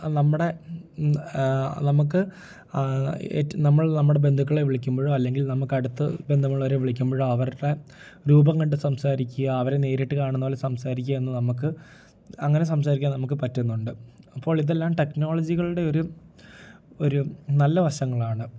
നമ്മുടെ നമുക്ക് ഏറ്റ് നമ്മൾ നമ്മുടെ ബന്ധുക്കളെ വിളിക്കുമ്പൊഴോ അല്ലെങ്കിൽ നമുക്ക് അടുത്ത് ബന്ധമുള്ളവരെ വിളിക്കുമ്പൊഴോ അവരുടെ രൂപം കണ്ട് സംസാരിക്കുക അവരെ നേരിട്ട് കാണുന്നത് പോലെ സംസാരിക്കാൻ എന്ന് നമുക്ക് അങ്ങനെ സംസാരിക്കാൻ നമുക്ക് പറ്റുന്നുണ്ട് അപ്പോൾ ഇതെല്ലാം ടെക്നോളജികളുടെ ഒരു ഒരു നല്ല വശങ്ങളാണ്